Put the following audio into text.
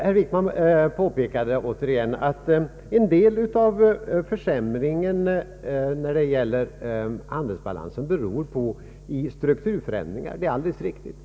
Herr Wickman påpekade återigen att en del av försämringen i handelsbalansen beror på strukturförändringar, och det är alldeles riktigt.